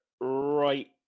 right